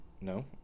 No